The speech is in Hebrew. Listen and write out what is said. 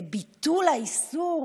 ביטול האיסור